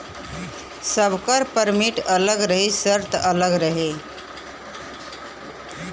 सबकर परमिट अलग रही सर्त अलग रही